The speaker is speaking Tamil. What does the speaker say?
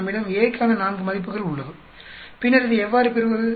நம்மிடம் A க்கான 4 மதிப்புகள் உள்ளது பின்னர் இதை எவ்வாறு பெறுவது